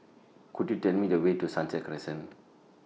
Could YOU Tell Me The Way to Sunset Crescent